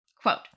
Quote